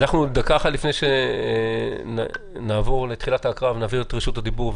דקה לפני שנעבור לתחילת ההקראה ונעביר את רשות הדיבור,